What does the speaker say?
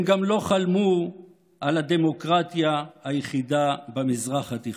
הם גם לא חלמו על הדמוקרטיה היחידה במזרח התיכון.